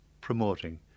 promoting